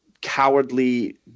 cowardly